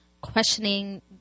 questioning